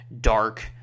dark